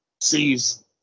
sees